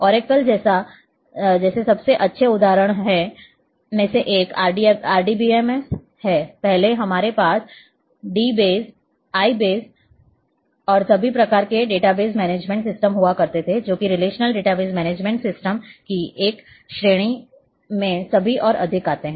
Oracle जैसे सबसे अच्छे उदाहरणों में से एक RDBMS है पहले हमारे पास d बेस I बेस और सभी प्रकार के डेटाबेस मैनेजमेंट सिस्टम हुआ करते थे जो कि रिलेशनल डेटाबेस मैनेजमेंट सिस्टम की इस श्रेणी में सभी और अधिक आते हैं